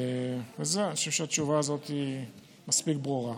אני חושב שהתשובה הזאת היא מספיק ברורה.